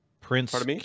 Prince